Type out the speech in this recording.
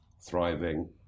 thriving